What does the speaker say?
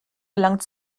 gelangt